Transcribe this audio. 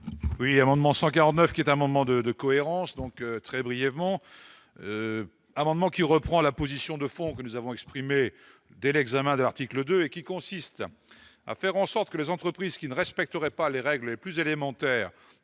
Oui, amendement 149 qui est un moment de de cohérence, donc très brièvement, amendement qui reprend la position de fond que nous avons exprimée dès l'examen de l'article 2 qui consiste à faire en sorte que les entreprises qui ne respecteraient pas les règles les plus élémentaires